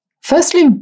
firstly